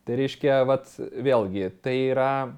tai reiškia vat vėlgi tai yra